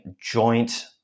joint